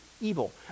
evil